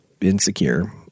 insecure